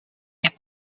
est